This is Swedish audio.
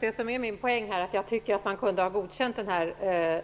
Fru talman! Min poäng är ju just att jag tycker att utskottet kunde ha tillstyrkt den här